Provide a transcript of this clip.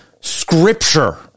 scripture